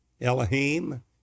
Elohim